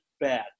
bad